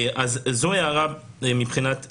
אז זו הערה מבחינת המסגרת.